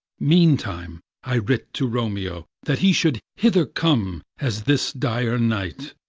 meantime i writ to romeo that he should hither come as this dire night,